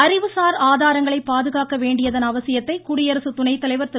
அறிவுசார் ஆதாரங்களை பாதுகாக்க வேண்டியதன் அவசியத்தை குடியரசு துணைத்தலைவர் திரு